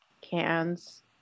cans